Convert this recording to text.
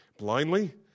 blindly